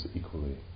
equally